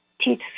teeth